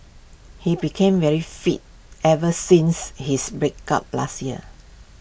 he became very fit ever since his breakup last year